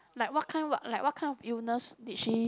like what kind what like what kind of illness did she